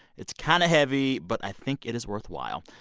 it's kind of heavy, but i think it is worthwhile.